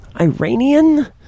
Iranian